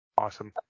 Awesome